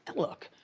look,